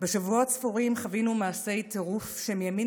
בשבועות ספורים חווינו מעשי טירוף שמימין